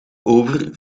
over